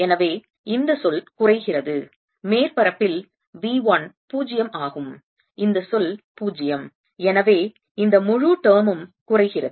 எனவே இந்த சொல் குறைகிறது மேற்பரப்பில் V 1 பூஜ்ஜியம் ஆகும் இந்த சொல் 0 எனவே இந்த முழு termம் குறைகிறது